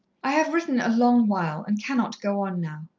i have written a long while, and cannot go on now.